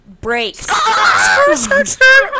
breaks